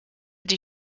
die